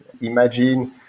imagine